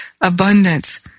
abundance